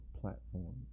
platform